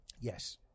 yes